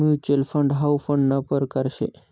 mutual fund हाउ फंडना परकार शे